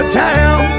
town